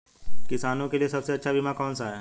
किसानों के लिए सबसे अच्छा बीमा कौन सा है?